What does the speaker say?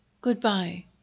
Goodbye